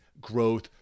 growth